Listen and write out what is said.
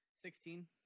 Sixteen